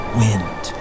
wind